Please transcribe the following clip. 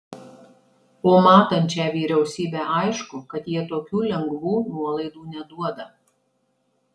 o matant šią vyriausybę aišku kad jie tokių lengvų nuolaidų neduoda